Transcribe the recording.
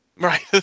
Right